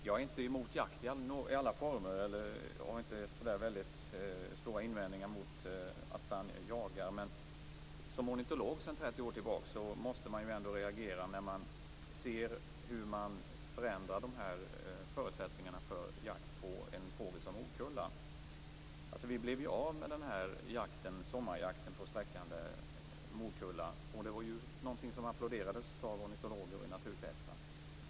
Jag är inte emot jakt i alla former och har inte så stora invändningar mot att man jagar, men som ornitolog sedan 30 år tillbaka måste jag ändå reagera när jag ser hur förutsättningarna förändras för jakt på en fågel som morkulla. Vi blev ju av med sommarjakten på morkulla. Det var ju någonting som applåderades av ornitologer och i naturkretsar.